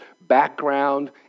background